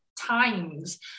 times